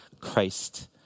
Christ